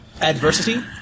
Adversity